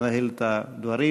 לנהל את הדברים.